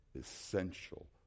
essential